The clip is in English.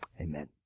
Amen